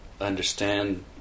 understand